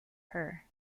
her